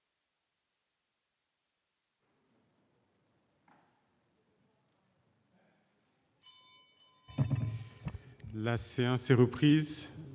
La séance est reprise.